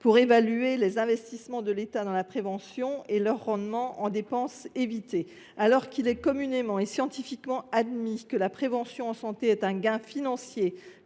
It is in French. pour évaluer les investissements de l’État dans la prévention et leur rendement en dépenses évitées. Alors qu’il est communément et scientifiquement admis que la prévention en santé entraîne un gain financier